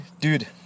dude